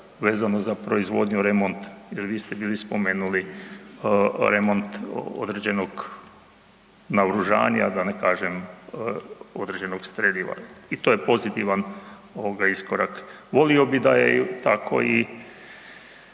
vezano za proizvodnju i remont jer vi ste bili spomenuli remont određenog naoružavanja, da ne kažem određenog streljiva i to je pozitivan iskorak. Volio bi da je tako i